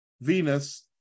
Venus